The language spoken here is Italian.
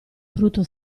frutto